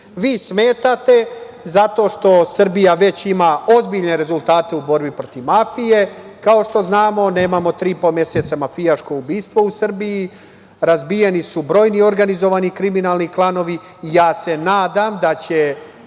Vi smetate zato što Srbija već ima ozbiljne rezultate u borbi protiv mafije. Kao što znamo, nemamo tri i po meseca mafijaška ubistva u Srbiji, razbijeni su brojni organizovani kriminalni klanovi i ja se nadam da će